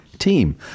team